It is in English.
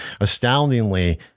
Astoundingly